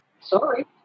Sorry